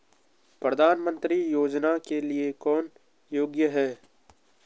प्रधानमंत्री योजना के लिए कौन योग्य है?